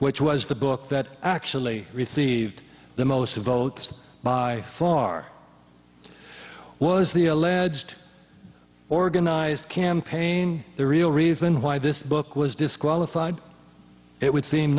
which was the book that actually received the most votes by far was the alleged organized campaign the real reason why this book was disqualified it would seem